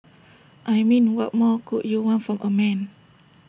I mean what more could you want from A man